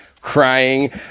crying